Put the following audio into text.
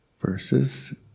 verses